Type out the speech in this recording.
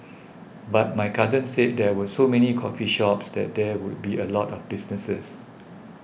but my cousin said there were so many coffee shops so there would be a lot of business